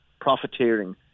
profiteering